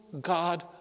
God